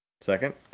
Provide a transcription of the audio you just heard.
Second